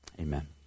Amen